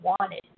wanted